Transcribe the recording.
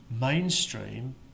mainstream